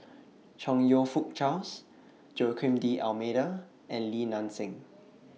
Chong YOU Fook Charles Joaquim D'almeida and Li Nanxing